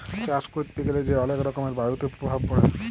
চাষ ক্যরতে গ্যালা যে অলেক রকমের বায়ুতে প্রভাব পরে